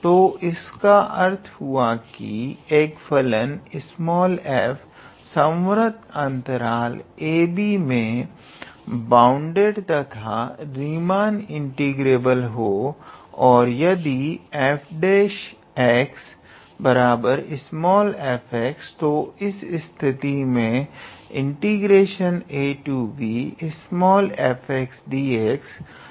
तो इसका अर्थ यह हुआ कि एक फलन f संवर्त अंतराल ab में बाउंडेड तथा रीमान इंटीग्रेबल हो और यदि 𝐹′𝑥 𝑓𝑥तो इस स्थिति में abfxdxFb Fa